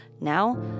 Now